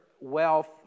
wealth